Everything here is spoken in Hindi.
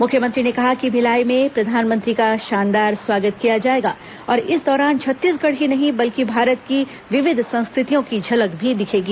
मुख्यमंत्री ने कहा कि भिलाई में प्रधानमंत्री का शानदार स्वागत किया जाएगा और इस दौरान छत्तीसगढ़ ही नहीं बल्कि भारत की विविध संस्कृतियों की झलक भी दिखेगी